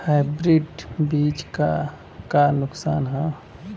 Hybrid बीज क का फायदा नुकसान ह?